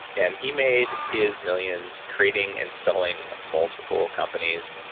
and he made his millions creating and selling multiple companies,